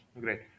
great।